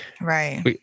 Right